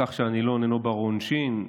כי הנילון אינו בר-עונשין,